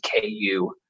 ku